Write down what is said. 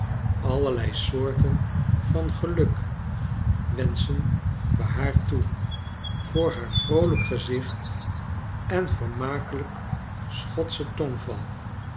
allerlei soorten van geluk wenschen we haar toe voor haar vroolijk gezicht en vermakelgk schotschen tongval